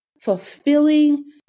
fulfilling